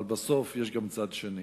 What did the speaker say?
אבל בסוף יש גם צד שני.